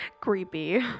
creepy